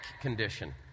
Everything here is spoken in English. condition